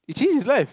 it changed his life